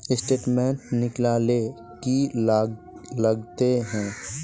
Statement निकले ले की लगते है?